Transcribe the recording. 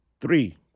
three